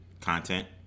content